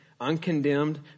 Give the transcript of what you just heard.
uncondemned